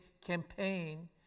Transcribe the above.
campaign